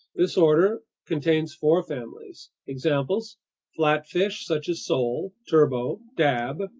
this order contains four families. examples flatfish such as sole, turbot, dab,